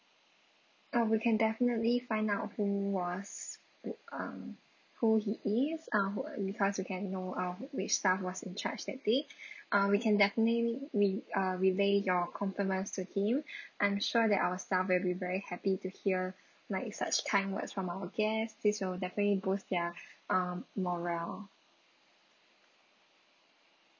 uh we can definitely find out who was who um who he is uh who because we can know uh which staff was in charge that day um we can definitely re~ uh relay you compliments to him I'm sure that our staff will be very happy to hear like such kind words from our guest this will definitely boost their um morale